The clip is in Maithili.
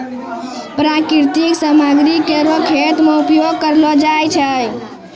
प्राकृतिक सामग्री केरो खेत मे उपयोग करलो जाय छै